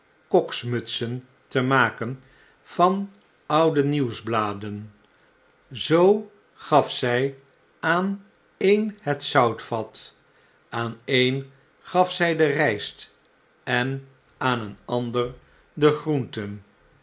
koksmutsen te maken van oude nieuwsbladen zoo gaf zjj aan een het zoutvat aan een gaf zjj de rftst en aan een ander de groenten